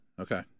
Okay